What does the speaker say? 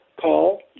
call